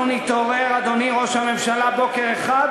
בוקר אחד